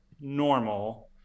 normal